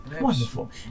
Wonderful